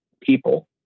people